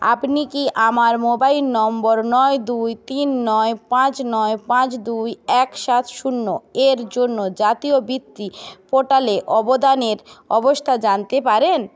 আপনি কি আমার মোবাইল নম্বর নয় দুই তিন নয় পাঁচ নয় পাঁচ দুই এক সাত শূন্য এর জন্য জাতীয় বৃত্তি পোর্টালে অবদানের অবস্থা জানতে পারেন